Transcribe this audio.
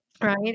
right